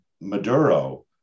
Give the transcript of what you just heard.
Maduro